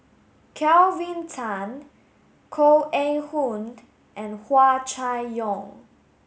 Kelvin Tan Koh Eng Hoon and Hua Chai Yong